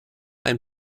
ein